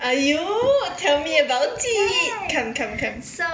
!aiyo! tell me about it come come come